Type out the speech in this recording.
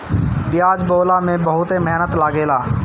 पियाज बोअला में बहुते मेहनत लागेला